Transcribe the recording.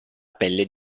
pelle